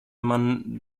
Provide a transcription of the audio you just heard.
man